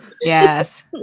yes